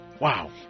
Wow